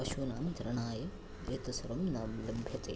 पशूनां चरणाय एतत् सर्वं न विलम्बते